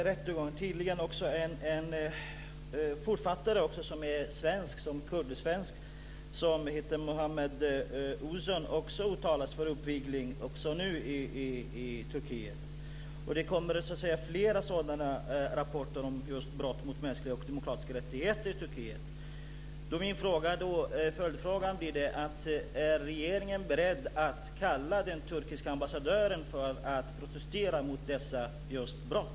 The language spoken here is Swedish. Fru talman! Det pågår flera rättegångar. Det är tydligen också en kurd-svensk författare, Mehmed Uzun, som åtalats för uppvigling och som nu är i Turkiet. Det kommer flera sådana rapporter om just brott mot mänskliga och demokratiska rättigheter i Min följdfråga: Är regeringen beredd att kalla på den turkiska ambassadören för att protestera mot dessa brott?